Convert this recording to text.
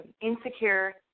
insecure